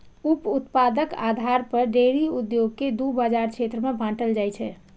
उप उत्पादक आधार पर डेयरी उद्योग कें दू बाजार क्षेत्र मे बांटल जाइ छै